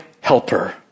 helper